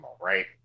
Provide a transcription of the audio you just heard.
right